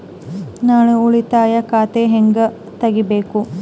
ನಾನು ಉಳಿತಾಯ ಖಾತೆಯನ್ನು ಹೆಂಗ್ ತಗಿಬೇಕು?